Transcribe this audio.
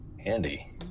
handy